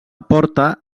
porta